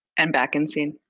and back in scene.